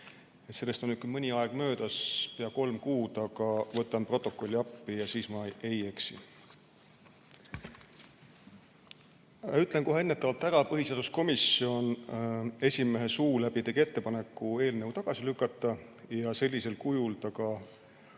küll mõni aeg möödas, pea kolm kuud, aga võtan protokolli appi, siis ma ei eksi. Ütlen kohe ennetavalt ära, et põhiseaduskomisjon tegi esimehe suu läbi ettepaneku eelnõu tagasi lükata ja sellisel kujul seda